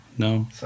no